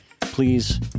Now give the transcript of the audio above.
please